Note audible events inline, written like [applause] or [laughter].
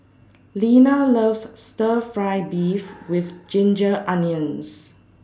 Lina loves Stir Fry Beef [noise] with Ginger Onions